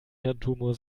hirntumor